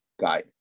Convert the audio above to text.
guide